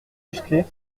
musclées